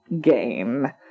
game